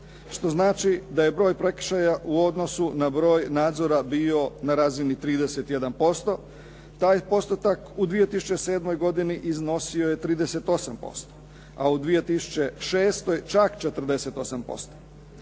što znači da je broj prekršaja u odnosu na broj nadzora bio na razini 31%. Taj postotak u 2007. godini iznosio je 38%, a u 2006. čak 48%.